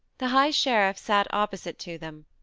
the high sheriff sat opposite to them,